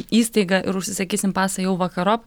įstaigą ir užsisakysim pasą jau vakarop